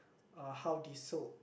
uh how they sold